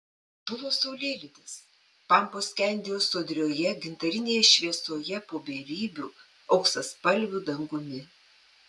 buvo saulėlydis pampos skendėjo sodrioje gintarinėje šviesoje po beribiu auksaspalviu dangumi